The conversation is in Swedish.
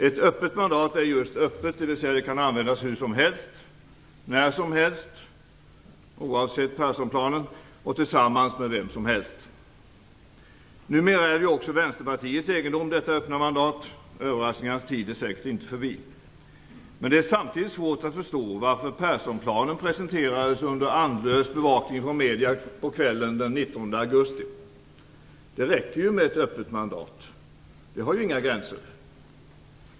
Ett öppet mandat är just öppet, dvs. det kan användas hur som helst, när som helst - oavsett Perssonplanen - och tillsammans med vem som helst. Numera är detta öppna mandat också Vänsterpartiets egendom. Överraskningarnas tid är säkert inte förbi. Men det är samtidigt svårt att förstå varför Perssonplanen presenterades under en andlös bevakning från medierna på kvällen den 19 augusti. Det räcker ju med ett öppet mandat; det har inga gränser.